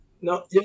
No